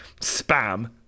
spam